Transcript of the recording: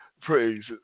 praise